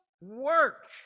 work